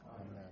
Amen